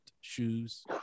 Shoes